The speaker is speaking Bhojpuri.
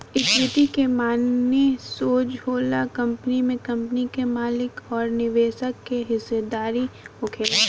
इक्विटी के माने सोज होला कंपनी में कंपनी के मालिक अउर निवेशक के हिस्सेदारी होखल